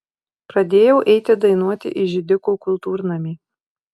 pradėjau eiti dainuoti į židikų kultūrnamį